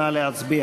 נא להצביע.